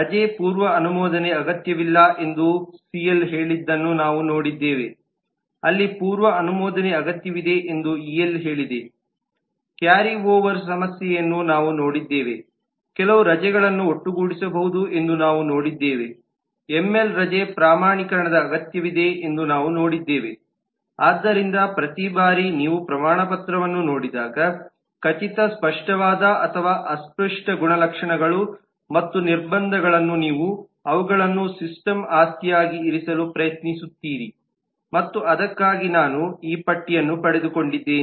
ರಜೆ ಪೂರ್ವ ಅನುಮೋದನೆ ಅಗತ್ಯವಿಲ್ಲ ಎಂದು ಸಿಎಲ್ ಹೇಳಿದ್ದನ್ನು ನಾವು ನೋಡಿದ್ದೇವೆ ಅಲ್ಲಿ ಪೂರ್ವ ಅನುಮೋದನೆ ಅಗತ್ಯವಿದೆ ಎಂದು ಇಎಲ್ ಹೇಳಿದೆ ಕ್ಯಾರಿ ಓವರ್ ಸಮಸ್ಯೆಯನ್ನು ನಾವು ನೋಡಿದ್ದೇವೆ ಕೆಲವು ರಜೆಗಳನ್ನು ಒಗ್ಗೂಡಿಸಬಹುದು ಎಂದು ನಾವು ನೋಡಿದ್ದೇವೆ ಎಂಎಲ್ ರಜೆ ಪ್ರಮಾಣೀಕರಣದ ಅಗತ್ಯವಿದೆ ಎಂದು ನಾವು ನೋಡಿದ್ದೇವೆ ಆದ್ದರಿಂದ ಪ್ರತಿ ಬಾರಿ ನೀವು ಪ್ರಮಾಣಪತ್ರವನ್ನು ನೋಡಿದಾಗ ಖಚಿತ ಸ್ಪಷ್ಟವಾದ ಅಥವಾ ಅಸ್ಪಷ್ಟ ಗುಣಲಕ್ಷಣಗಳು ಮತ್ತು ನಿರ್ಬಂಧಗಳನ್ನು ನೀವು ಅವುಗಳನ್ನು ಸಿಸ್ಟಮ್ ಆಸ್ತಿಯಾಗಿ ಇರಿಸಲು ಪ್ರಯತ್ನಿಸುತ್ತೀರಿ ಮತ್ತು ಅದಕ್ಕಾಗಿಯೇ ನಾನು ಈ ಪಟ್ಟಿಯನ್ನು ಪಡೆದುಕೊಂಡಿದ್ದೇನೆ